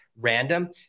random